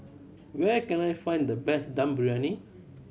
where can I find the best Dum Briyani